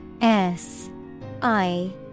S-I-